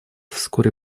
вскоре